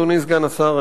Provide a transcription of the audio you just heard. אדוני סגן השר,